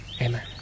amen